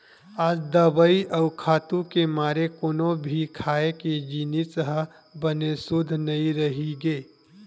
आज दवई अउ खातू के मारे कोनो भी खाए के जिनिस ह बने सुद्ध नइ रहि गे